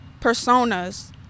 personas